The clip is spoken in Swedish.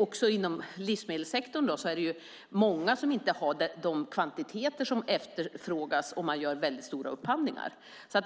Också inom livsmedelssektorn är det många som inte har de kvantiteter som efterfrågas om man gör väldigt stora upphandlingar.